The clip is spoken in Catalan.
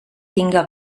tinga